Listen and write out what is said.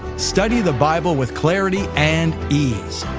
study the bible with clarity and ease.